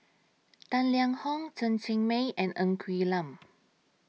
Tang Liang Hong Chen Cheng Mei and Ng Quee Lam